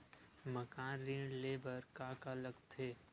मकान ऋण ले बर का का लगथे?